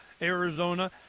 Arizona